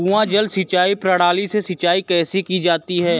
कुआँ जल सिंचाई प्रणाली से सिंचाई कैसे की जाती है?